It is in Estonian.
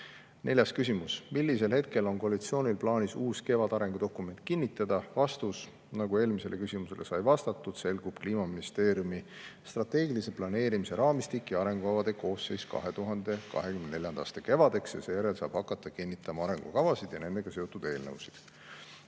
Neljas küsimus: "Millisel hetkel on koalitsioonil plaanis uus KEVAD arengudokument kinnitada?" Vastus. Nagu eelmisele küsimusele sai vastatud, selgub Kliimaministeeriumi strateegilise planeerimise raamistik ja arengukavade koosseis 2024. aasta kevadeks. Seejärel saab hakata kinnitama arengukavasid ja nendega seotud eelnõusid.